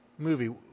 movie